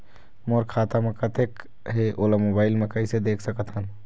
मोर खाता म कतेक हे ओला मोबाइल म कइसे देख सकत हन?